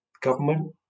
government